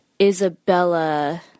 Isabella